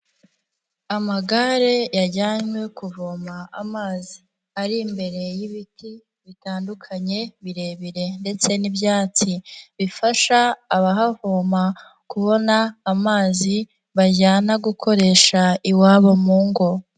Amagare yajyanywe kuvoma amazi, ari imbere y'ibiti bitandukanye birebire ndetse n'ibyatsi, bifasha abahavoma kubona amazi bajyana gukoresha iwabo mu ngo.